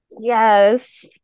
Yes